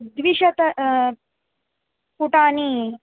द्विशतं पुटाः